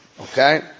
okay